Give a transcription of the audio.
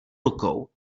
rukou